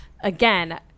again